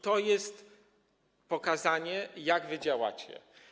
To jest pokazanie, jak wy działacie.